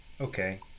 okay